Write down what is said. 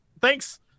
thanks